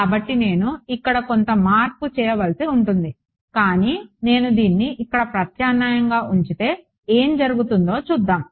కాబట్టి నేను ఇక్కడ కొంత మార్పు చేయవలసి ఉంటుంది కానీ నేను దీన్ని ఇక్కడ ప్రత్యామ్నాయంగా ఉంచితే ఏమి జరుగుతుందో చూద్దాం